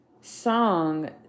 song